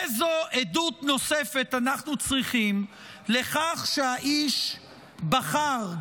איזו עדות נוספת אנחנו צריכים לכך שהאיש בחר,